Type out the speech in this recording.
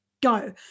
go